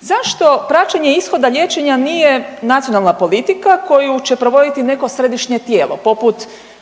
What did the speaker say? Zašto praćenje ishoda liječenja nije nacionalna politika koju će provoditi neko središnje tijelo poput